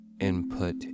input